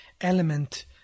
element